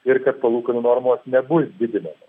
ir kad palūkanų normos nebus didinamo